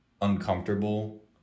uncomfortable